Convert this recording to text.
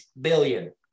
billion